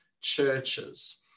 churches